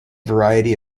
variety